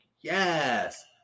yes